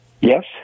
Yes